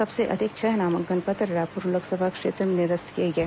सबसे अधिक छह नामांकन पत्र रायपुर लोकसभा क्षेत्र में निरस्त किए गए